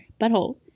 butthole